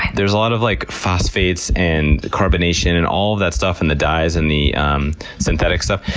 there's a lot of like phosphates, and the carbonation, and all of that stuff in the dyes, and the um synthetic stuff,